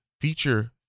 feature